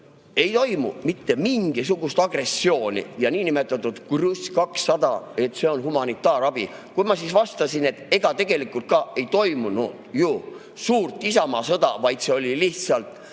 ei toimu mitte mingisugust agressiooni ja et see niinimetatud Gruz 200 on humanitaarabi. Kui ma siis vastasin, et ega tegelikult ka ei toimunud ju suurt isamaasõda, vaid see oli lihtsalt